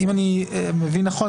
אם אני מבין נכון,